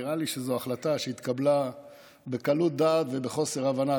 נראה לי שזו החלטה שהתקבלה בקלות דעת ובחוסר הבנה.